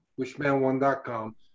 Wishman1.com